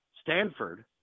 stanford